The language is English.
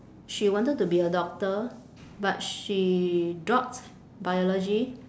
she wanted to be a doctor but she dropped biology